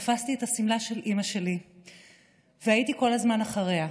תפסתי את השמלה של אימא שלי והייתי כל הזמן אחריה.